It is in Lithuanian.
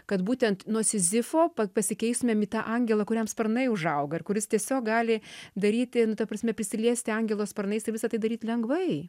kad būtent nuo sizifo pasikeistumėm į tą angelą kuriam sparnai užauga ir kuris tiesiog gali daryti nu ta prasme prisiliesti angelo sparnais ir visa tai daryt lengvai